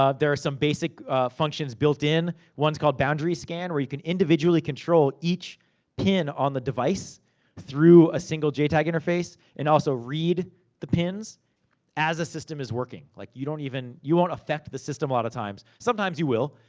ah there are some basic functions built in. one's called boundary-scan, where you can individually control each pin on the device through a single jtag interface, and also, read the pins as a system is working. like, you don't even. you won't affect the system a lot of times. sometimes, you will.